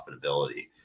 profitability